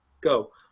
go